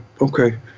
Okay